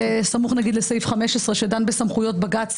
בסמוך נגיד לסעיף 15 שדן בסמכויות בג"ץ